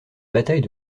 bataille